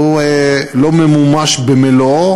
אינו ממומש במלואו,